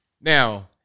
Now